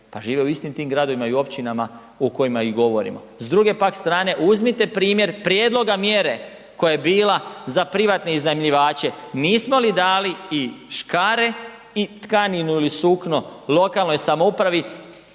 pa žive u istim tim gradovima i općinama o kojima i govorimo. S druge pak strane, uzmite primjer prijedloga mjere koja je bila za privatne iznajmljivače. Nismo li dali i škare i tkaninu ili sukno lokalnoj samoupravi,